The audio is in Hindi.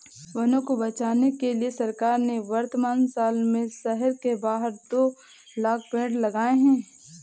वनों को बचाने के लिए सरकार ने वर्तमान साल में शहर के बाहर दो लाख़ पेड़ लगाए हैं